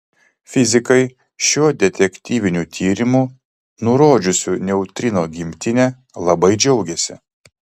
fizikai šiuo detektyviniu tyrimu nurodžiusiu neutrino gimtinę labai džiaugiasi